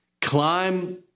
Climb